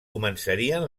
començarien